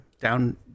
down